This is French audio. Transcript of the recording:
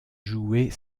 jouer